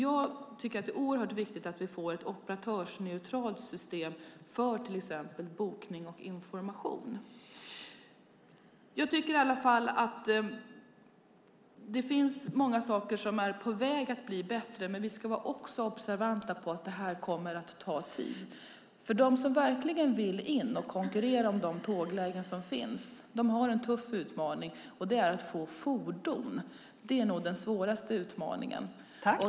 Jag tycker att det är oerhört viktigt att vi får ett operatörsneutralt system för till exempel bokning och information. Jag tycker i alla fall att det finns många saker som är på väg att bli bättre, men vi ska också vara observanta på att detta kommer att ta tid. De som verkligen vill konkurrera om de tåglägen som finns har en tuff utmaning, och det är att få fordon. Det är nog den svåraste utmaningen.